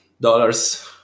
dollars